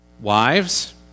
wives